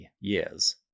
years